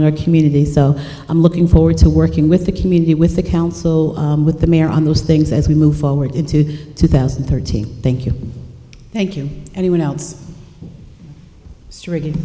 in our community so i'm looking forward to working with the community with the council with the mayor on those things as we move forward into two thousand and thirteen thank you thank you anyone else strictly